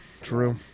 True